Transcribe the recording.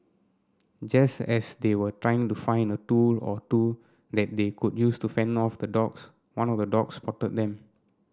just as they were trying to find a tool or two that they could use to fend off the dogs one of the dogs spotted them